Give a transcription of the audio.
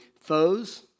foes